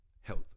health